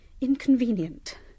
inconvenient